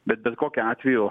bet bet kokiu atveju